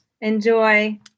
Enjoy